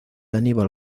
aníbal